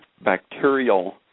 bacterial